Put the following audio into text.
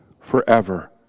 forever